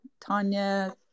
Tanya